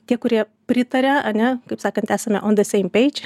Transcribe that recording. tie kurie pritaria ane kaip sakant esame on de seim peidž